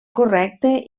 correcte